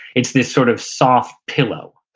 it's this sort of soft pillow.